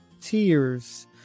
tears